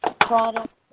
product